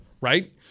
Right